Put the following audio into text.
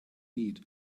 need